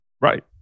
Right